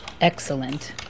excellent